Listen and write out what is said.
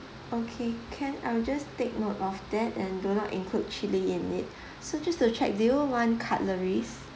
okay can I will just take note of that and do not include chilli in it so just to check do you want cutleries